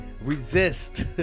resist